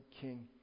king